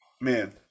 Man